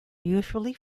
usually